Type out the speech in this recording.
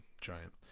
giant